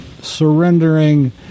surrendering